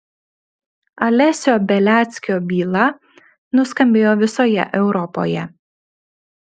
alesio beliackio byla nuskambėjo visoje europoje